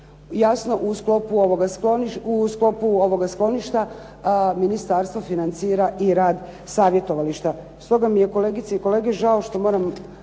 Jasno, u sklopu ovoga skloništa ministarstvo financira i rad savjetovališta.